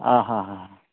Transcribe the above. অঁ